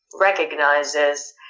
recognizes